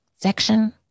section